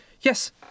Yes